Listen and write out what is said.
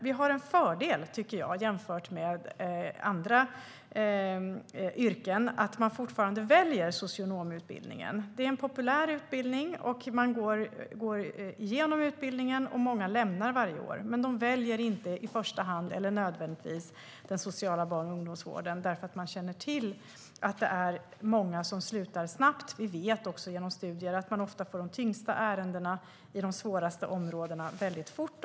Det finns en fördel jämfört med andra yrken, nämligen att många fortfarande väljer socionomutbildningen. Det är en populär utbildning, och många går ut utbildningen varje år. Men de väljer inte i första hand, eller nödvändigtvis, den sociala barn och ungdomsvården eftersom de känner till att många slutar snabbt. Vi vet genom studier att de ofta får de tyngsta ärendena i de svåraste områdena fort.